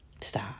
Stop